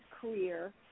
career